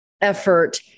effort